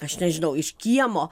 aš nežinau iš kiemo